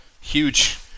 huge